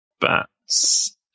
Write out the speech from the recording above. bats